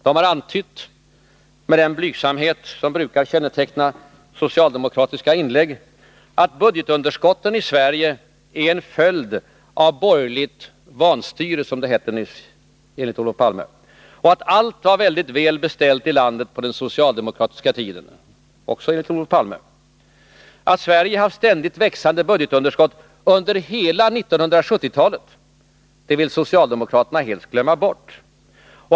De har — med den blygsamhet som brukar känneteckna socialdemokratiska inlägg — antytt att budgetunderskotten i Sverige är en följd av, som Olof Palme nyss sade, borgerligt vanstyre och att allt var väl beställt i landet på den socialdemokratiska tiden. Att Sverige haft ständigt växande budgetunderskott under hela 1970-talet vill socialdemokraterna helst glömma.